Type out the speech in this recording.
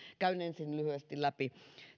käyn ensin lyhyesti läpi